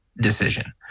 decision